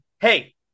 hey